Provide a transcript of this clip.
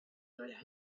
write